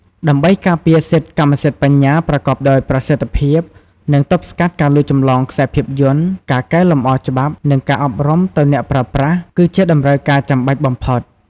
ដើម្បីការពារសិទ្ធិកម្មសិទ្ធិបញ្ញាប្រកបដោយប្រសិទ្ធភាព និងទប់ស្កាត់ការលួចចម្លងខ្សែភាពយន្ត ការកែលម្អច្បាប់ និងការអប់រំទៅអ្នកប្រើប្រាស់ គឺជាតម្រូវការចាំបាច់បំផុត។